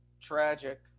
tragic